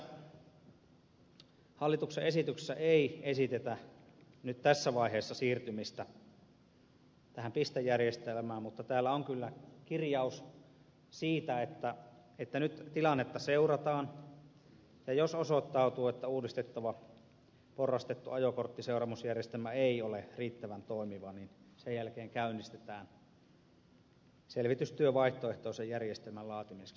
tässä hallituksen esityksessä ei esitetä nyt tässä vaiheessa siirtymistä tähän pistejärjestelmään mutta täällä on kyllä kirjaus siitä että nyt tilannetta seurataan ja jos osoittautuu että uudistettava porrastettu ajokorttiseuraamusjärjestelmä ei ole riittävän toimiva sen jälkeen käynnistetään selvitystyö vaihtoehtoisen järjestelmän laatimiseksi